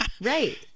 Right